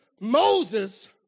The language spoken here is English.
Moses